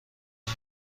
این